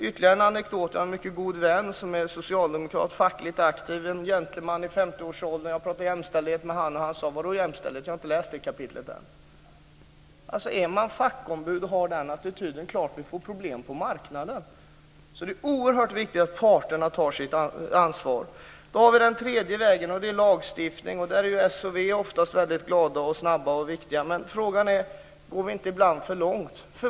Ytterligare en anekdot: Jag har en mycket god vän som är socialdemokrat och fackligt aktiv, en gentleman i 50-årsåldern. När jag pratade om jämställdhet med honom sade han: Vad då, jämställdhet? Jag har inte läst det kapitlet än. Om fackombud har den attityden är det klart att vi får problem på marknaden. Det är oerhört viktigt att parterna tar sitt ansvar. Den tredje vägen är lagstiftning, där s och v oftast är väldigt snabba, men frågan är om vi ibland inte går för långt.